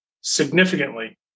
significantly